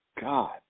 God